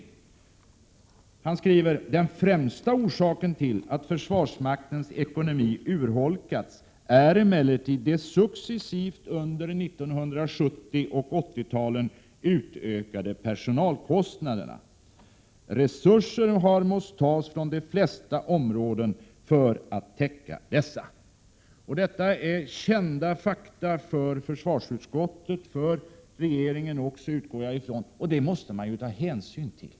Överbefälhavaren skriver därefter: ”Den främsta orsaken till att försvarsmaktens ekonomi urholkats är emellertid de successivt under 1970 och 80-talen utökade personalkostnaderna. Resurser har måst tas från de flesta områden för att täcka dessa.” Detta är kända fakta för försvarsutskottet och — det utgår jag ifrån — också för regeringen. Fakta som man måste ta hänsyn till.